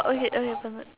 okay okay